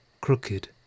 crooked